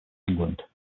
england